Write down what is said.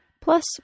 Plus